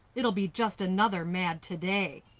it'll be just another mad today.